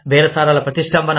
బేరసారాలలో ప్రతిష్టంభన